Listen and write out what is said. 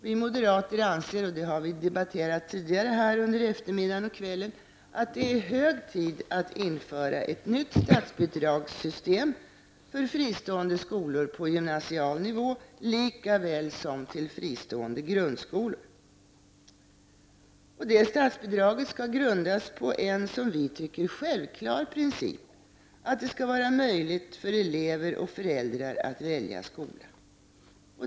Vi moderater anser, och det har vi debatterat tidigare här under eftermiddagen och kvällen, att det är hög tid att införa ett nytt statsbidragssystem för fristående skolor på gymnasial nivå likaväl som för fristående grundskolor. Detta statsbidrag skall grundas på en, som vi tycker, självklar princip att det skall vara möjligt för elever och föräldrar att välja skola.